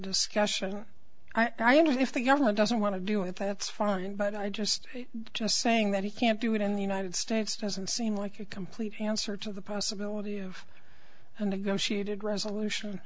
discussion i mean if the government doesn't want to do it that's fine but i just just saying that he can't do it in the united states doesn't seem like a complete answer to the possibility of a negotiated resolution